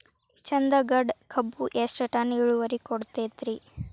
ಚಂದಗಡ ಕಬ್ಬು ಎಷ್ಟ ಟನ್ ಇಳುವರಿ ಕೊಡತೇತ್ರಿ?